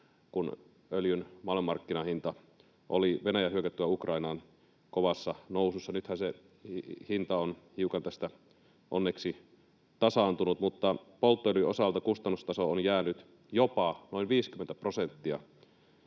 kun öljyn maailmanmarkkinahinta oli kovassa nousussa Venäjän hyökättyä Ukrainaan. Nythän se hinta on hiukan tästä onneksi tasaantunut, mutta polttoöljyn osalta kustannustaso on jäänyt jopa noin 50 prosenttia